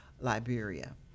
Liberia